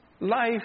life